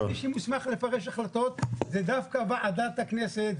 שמי שמוסמך לפרש החלטות זה דווקא ועדת הכנסת,